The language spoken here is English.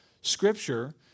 Scripture